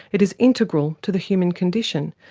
it is integral to the human condition,